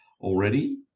already